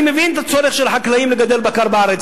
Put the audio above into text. אני מבין את הצורך של החקלאים לגדל בקר בארץ,